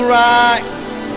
rise